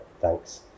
thanks